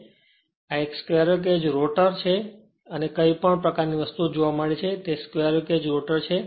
તેથી આ એક સ્ક્વેરલ કેજ રોટર છે અને અહીં જે કંઈપણ પ્રકારની વસ્તુઓ જોવા મળે છે તે સ્ક્વેરલ કેજ રોટર છે